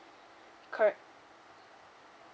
correct